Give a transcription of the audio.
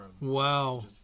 wow